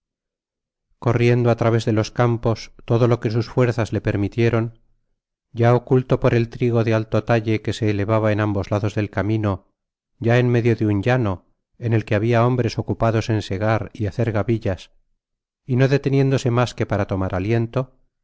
corriendo á través de los campos todo lo que sus fuerzas le permitieron ya oculto por el trigo de alto talle que se elevaba en ambos lados del camino ya en medio do un llano en el que habia hombres ocupados en segar y hacer gavillas y no deteniéndose mas que para tomar alionto